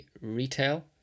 retail